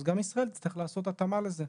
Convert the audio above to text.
אז גם ישראל תצטרך לעשות התאמה לזה.